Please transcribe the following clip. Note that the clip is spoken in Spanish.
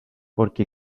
porque